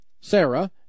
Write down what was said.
Sarah